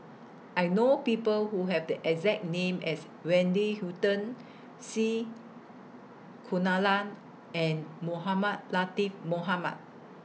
I know People Who Have The exact name as Wendy Hutton C Kunalan and Mohamed Latiff Mohamed